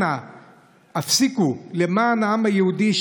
אנא, הפסיקו, למען העם היהודי.